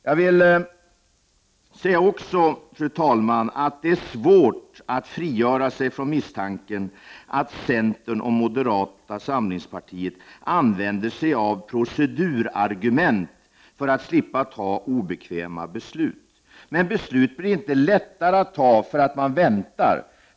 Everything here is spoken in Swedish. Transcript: Jag vill också säga, herr talman, att det är svårt att frigöra sig från misstanken att centern och moderata samlingspartiet använder procedurargument för att slippa fatta obekväma beslut. Men beslut blir inte lättare att fatta för att man väntar.